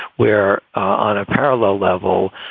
we're on a parallel level.